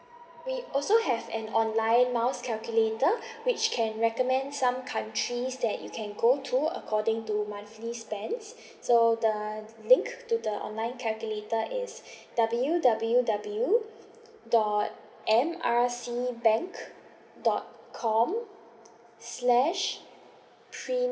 we also have an online miles calculator which can recommend some countries that you can go to according to monthly spent so the link to the online calculator is W_W_W dot M R C bank dot com slash